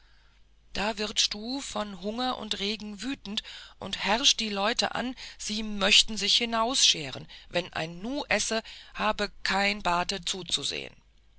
da wird stuh von hunger und regen wütend und herrscht die leute an sie möchten sich hinausscheren wenn ein nume esse habe kein bat zuzusehen